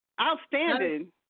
Outstanding